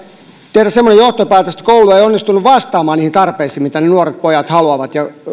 tehdä semmoinen johtopäätös että koulu ei ole onnistunut vastaamaan tarpeisiin siihen mitä ne nuoret pojat haluavat ja